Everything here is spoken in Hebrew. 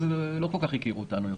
אז לא כל כך הכירו אותנו יותר.